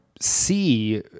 see